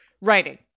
writing